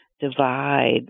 divide